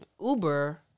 Uber